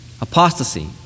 apostasy